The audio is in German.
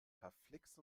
verflixt